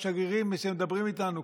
השגרירים שמדברים איתנו,